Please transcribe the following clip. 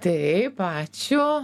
taip ačiū